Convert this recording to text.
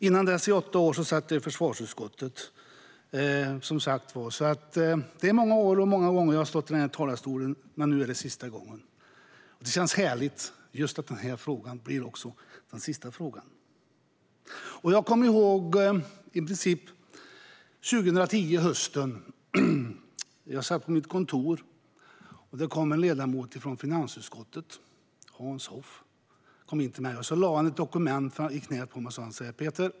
Innan dess satt jag åtta år i försvarsutskottet. Det är många år och många gånger jag har stått i den här talarstolen, men nu är det sista gången. Det känns härligt att just den här frågan blir den sista. Jag kommer ihåg hösten 2010. Jag satt på mitt kontor. En ledamot från finansutskottet, Hans Hoff, kom in och lade ett dokument i knät på mig och sa: Peter!